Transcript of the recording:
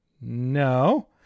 No